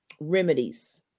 remedies